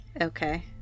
Okay